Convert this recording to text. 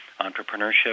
entrepreneurship